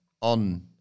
on